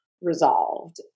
resolved